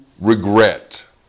regret